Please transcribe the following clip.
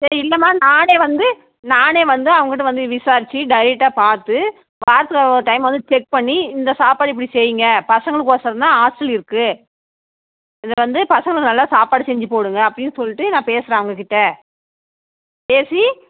சரி இல்லைம்மா நானே வந்து நானே வந்து அவங்ககிட்ட வந்து விசாரிச்சு டைரக்டாக பார்த்து வாரத்தில் ஒரு டைம் வந்து செக் பண்ணி இந்த சாப்பாடு இப்படி செய்ங்க பசங்களுக்கொசரம்தான் ஹாஸ்டல் இருக்கு இதை வந்து பசங்களுக்கு நல்லா சாப்பாடு செஞ்சு போடுங்கள் அப்படின்னு சொல்லிட்டு நான் பேசுகிறேன் அவங்ககிட்ட பேசி